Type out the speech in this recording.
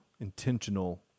intentional